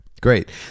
Great